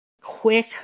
quick